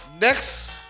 Next